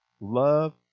Love